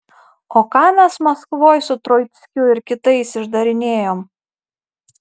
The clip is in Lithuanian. o ką mes maskvoj su troickiu ir kitais išdarinėjom